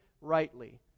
rightly